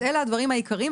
אז אלו הדברים העיקריים,